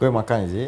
going makan is it